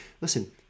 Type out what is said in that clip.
listen